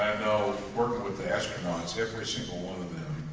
know, working with the astronauts, every single one of them